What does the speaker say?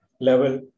level